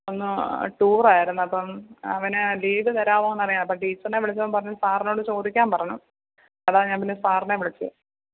ഒന്ന് ടൂറായിരുന്നു അപ്പം അവന് ലീവ് തരാവോന്നറിയാൻ അപ്പം ടീച്ചറിനെ വിളിച്ചപ്പോൾ പറഞ്ഞു സാറിനോട് ചോദിക്കാൻ പറഞ്ഞു അതാ ഞാൻ പിന്നെ സാറിനെ വിളിച്ചത്